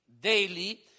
daily